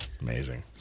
Amazing